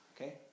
Okay